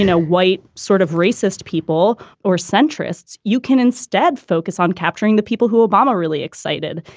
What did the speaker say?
you know, white sort of racist people or centrists. you can instead focus on capturing the people who obama really excited,